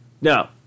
no